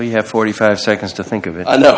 we have forty five seconds to think of it i know